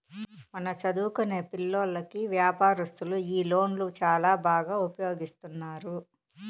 మన చదువుకొనే పిల్లోల్లకి వ్యాపారస్తులు ఈ లోన్లు చాలా బాగా ఉపయోగిస్తున్నాము